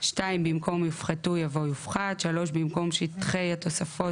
במקום "יופחתו יבוא "יופחת"; במקום "שטחי התוספות